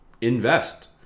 invest